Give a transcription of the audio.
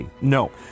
No